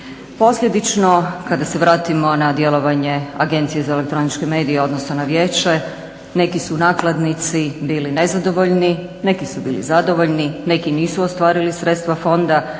Posljedično kada se vratimo na djelovanje Agencije za elektroničke medije odnosno na vijeće neki su nakladnici bili nezadovoljni, neki su bili zadovoljni, neki nisu ostvarili sredstva fonda,